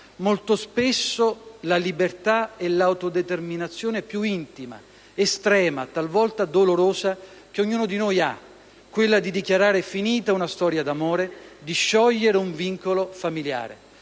Molto spesso la libertà è l'autodeterminazione più intima, estrema, talvolta dolorosa, che ognuno di noi ha: quella di dichiarare finita una storia d'amore, di sciogliere un vincolo familiare.